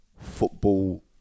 football